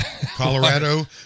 colorado